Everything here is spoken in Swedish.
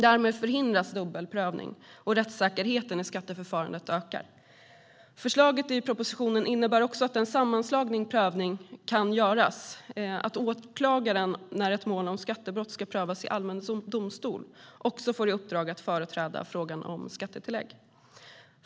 Därmed förhindras dubbelprövning, och rättssäkerheten i skatteförfarandet ökar. Förslaget i propositionen innebär också att en sammanslagen prövning kan göras, det vill säga att åklagaren när ett mål om skattebrott ska prövas i allmän domstol också får i uppdrag att företräda frågan om skattetillägg.